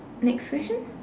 next question